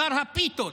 שר הפיתות